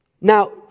Now